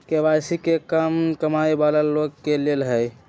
KYC का कम कमाये वाला लोग के लेल है?